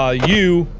ah you,